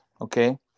Okay